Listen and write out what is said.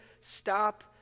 stop